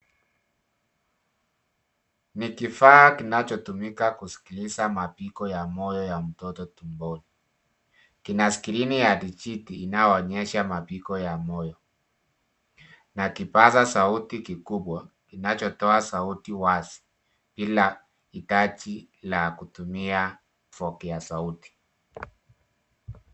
Ni kifaa kinachotumika kusikiliza mapigo ya moyo ya mtoto tumboni. Kina skrini ya digits] inaoonyesha mapigo ya moyo. Na kipaza sauti kikubwa kinachotoa sauti wazi ila hitaji la kutumia vipokea sauti.